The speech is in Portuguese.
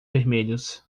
vermelhos